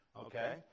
Okay